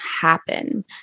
happen